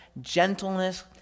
gentleness